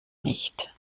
nicht